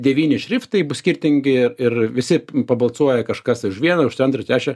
devyni šriftai bus skirtingi ir visi pabalsuoja kažkas už vieną už antrą trečią